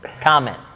Comment